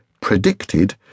predicted